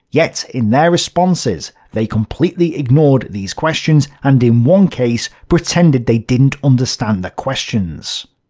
yet, in their responses, they completely ignored these questions, and in one case, pretended they didn't understand the questions.